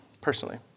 personally